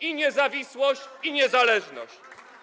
i niezawisłość, i niezależność.